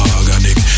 organic